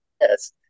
Yes